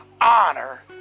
honor